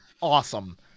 awesome